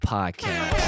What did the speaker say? Podcast